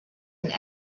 and